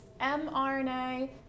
mRNA